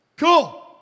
Cool